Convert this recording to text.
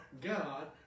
God